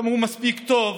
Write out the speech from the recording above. הוא גם מספיק טוב